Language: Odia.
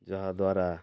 ଯାହାଦ୍ୱାରା